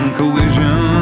collision